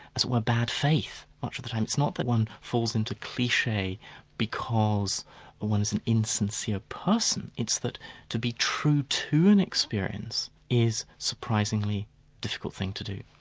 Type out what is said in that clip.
as it were, bad faith, much of the time it's not that one falls into cliche because one is an insincere person, it's that to be true to an experience is a surprisingly difficult thing to do.